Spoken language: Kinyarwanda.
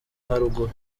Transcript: haruguru